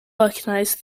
recognized